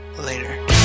Later